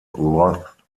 roth